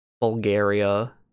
Bulgaria